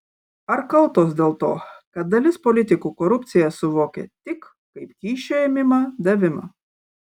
ar kaltos dėl to kad dalis politikų korupciją suvokia tik kaip kyšio ėmimą davimą